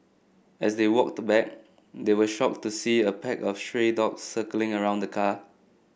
as they walked back they were shocked to see a pack of stray dogs circling around the car